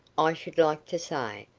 i should like to say,